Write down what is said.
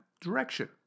direction